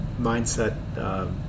mindset